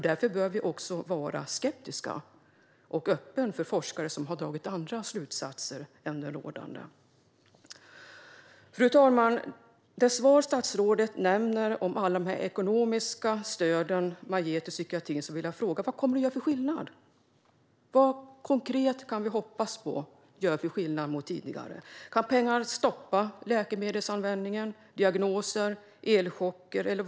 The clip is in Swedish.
Därför bör vi också vara skeptiska. Vi bör vara öppna för forskare som har dragit andra slutsatser än de rådande. Fru talman! Med tanke på alla de ekonomiska stöd statsrådet i sitt interpellationssvar nämner att man ger till psykiatrin vill jag fråga: Vad kommer de att göra för skillnad? Vilken konkret skillnad kan vi hoppas på mot tidigare? Kan pengar stoppa läkemedelsanvändningen, diagnoser och elchocker?